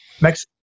Mexico